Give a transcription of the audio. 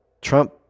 Trump